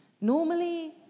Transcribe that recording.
Normally